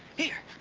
here,